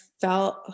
felt